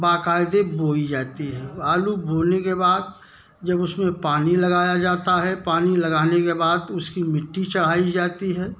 बाक़यदा बोई जाती है आलू बोने के बाद जब उस में पानी लगाया जाता है पानी लगाने के बाद उसकी मिट्टी चढ़ाई जाती है